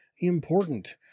important